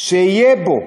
שיהיה בו,